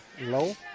low